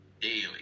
daily